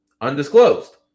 undisclosed